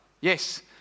yes